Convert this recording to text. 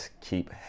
keep